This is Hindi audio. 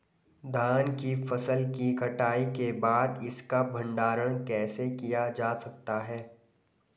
धान की फसल की कटाई के बाद इसका भंडारण कैसे किया जा सकता है?